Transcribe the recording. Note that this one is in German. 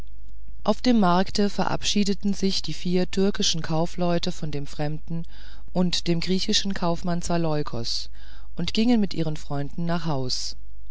auf dem markte verabschiedeten sich die vier türkischen kaufleute von dem fremden und dem griechischen kaufmann zaleukos und gingen mit ihren freunden nach haus